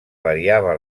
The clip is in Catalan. variava